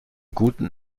guten